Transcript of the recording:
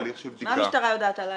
מה המשטרה יודעת עליי?